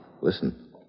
Listen